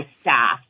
staff